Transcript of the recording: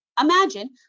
Imagine